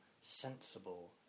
sensible